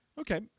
Okay